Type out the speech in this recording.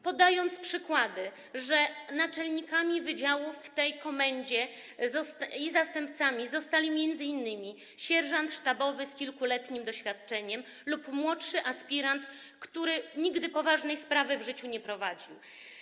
Podają przykłady, że naczelnikami wydziałów w tej komendzie i ich zastępcami zostali m.in. sierżant sztabowy z kilkuletnim doświadczeniem lub młodszy aspirant, który nigdy w życiu poważnej sprawy nie prowadził.